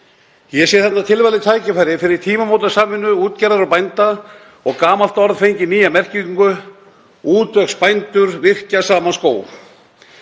Ég sé þarna tilvalið tækifæri fyrir tímamótasamvinnu útgerðar og bænda og að gamalt orð fái nýja merkingu; útvegsbændur virkja saman skóg.